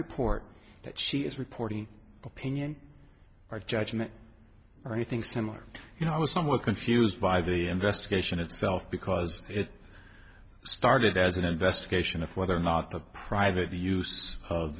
report that she is reporting opinion or judgment or anything similar and i was somewhat confused by the investigation itself because it started as an investigation of whether or not the private use of